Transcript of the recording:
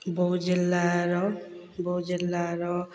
ବଉଦ ଜିଲ୍ଲାର ବଉଦ ଜିଲ୍ଲାର